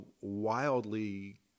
wildly